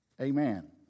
Amen